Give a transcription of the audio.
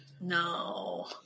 no